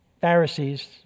Pharisees